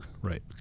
Right